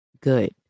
good